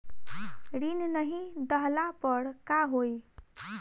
ऋण नही दहला पर का होइ?